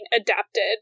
adapted